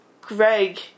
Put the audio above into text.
Greg